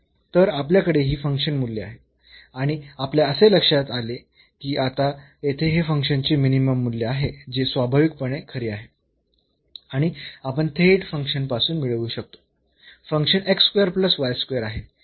तर आपल्याकडे ही फंक्शन मूल्ये आहेत आणि आपल्या असे लक्षात आले की आता येथे हे फंक्शनचे मिनिमम मूल्य आहे जे स्वाभाविकपणे खरे आहे आणि आपण थेट फंक्शन पासून मिळवू शकतो फंक्शन आहे